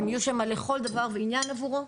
הם יהיו שם לכל דבר ועניין עבורו.